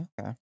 Okay